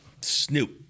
Snoop